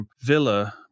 Villa